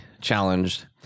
challenged